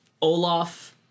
Olaf